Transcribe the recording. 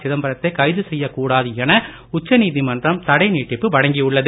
சிதம்பரத்தை கைது செய்யக் கூடாது என உச்சநீதிமன்றம் தடை நீட்டிப்பு வழங்கியுள்ளது